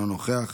אינו נוכח,